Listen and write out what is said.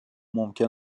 ممکن